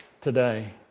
today